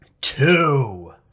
Two